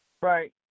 Right